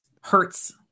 hurts